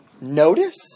notice